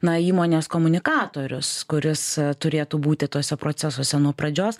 na įmonės komunikatorius kuris turėtų būti tuose procesuose nuo pradžios